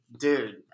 Dude